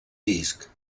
disc